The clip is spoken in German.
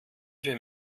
wir